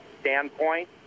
standpoint